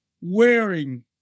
wearing